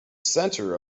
center